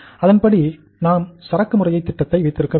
அதன்படி நான் சரக்கு முறைத் திட்டத்தை வைத்திருக்கவேண்டும்